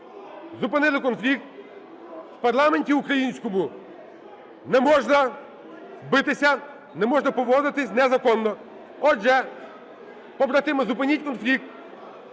Зупинили конфлікт. В парламенті українському не можна битися, не можна поводитись незаконно. Отже, побратими, зупиніть конфлікт.